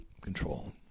control